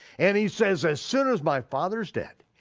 and he says as soon as my father's dead,